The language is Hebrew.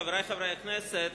חברי חברי הכנסת,